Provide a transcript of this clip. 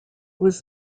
was